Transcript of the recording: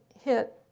hit